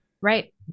Right